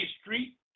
street